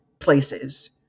places